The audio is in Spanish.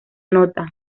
anota